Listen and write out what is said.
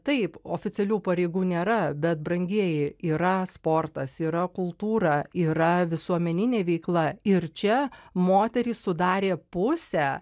taip oficialių pareigų nėra bet brangieji yra sportas yra kultūra yra visuomeninė veikla ir čia moterys sudarė pusę